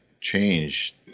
change